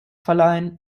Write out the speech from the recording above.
verleihen